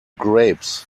grapes